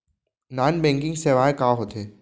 non banking सेवाएं का होथे